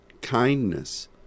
kindness